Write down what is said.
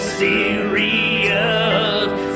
serious